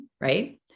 right